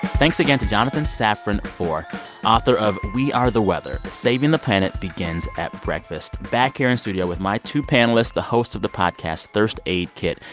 thanks again to jonathan safran foer author of we are the weather saving the planet begins at breakfast. back here in studio with my two panelists, the hosts of the podcast thirst aid kit,